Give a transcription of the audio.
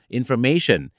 information